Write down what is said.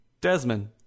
Desmond